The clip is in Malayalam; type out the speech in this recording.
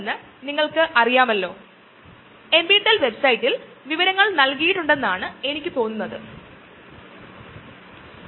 അത് പക്ഷെ അഭികാമ്യമലാത്ത കീമോതെറാപ്പിയും റേഡിയോതെറാപ്പിയും മറ്റ് വിവിധ പാർശ്വഫലങ്ങളിലേക്ക് നയിക്കുന്നു അതായത് മുടി കൊഴിച്ചിൽ അതുപോലെയുള്ളവ